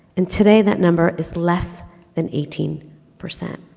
and today that number is less than eighteen percent.